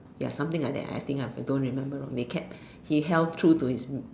ya something like that I think I don't remember lor they kept he held true to his